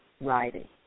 writing